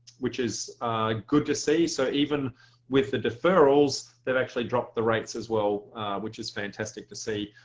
which is good to see. so even with the deferrals they've actually dropped the rates as well which is fantastic to see.